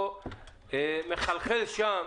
זה לא רטרואקטיבית.